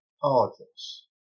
politics